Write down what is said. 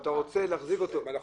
ואתה רוצה להחזיק אותו --- אנחנו